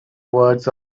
words